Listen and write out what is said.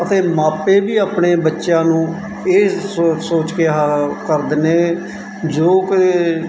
ਅਤੇ ਮਾਪੇ ਵੀ ਆਪਣੇ ਬੱਚਿਆਂ ਨੂੰ ਇਹ ਸੋਚ ਸੋਚ ਕੇ ਆਹ ਕਰ ਦਿੰਦੇ ਜੋ ਕਿ